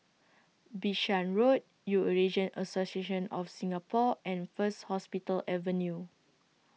Bishan Road Eurasian Association of Singapore and First Hospital Avenue